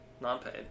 Non-paid